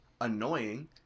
annoying